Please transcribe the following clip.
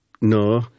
no